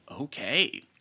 Okay